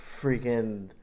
freaking